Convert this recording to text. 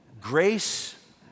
grace